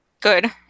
Good